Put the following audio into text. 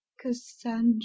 Cassandra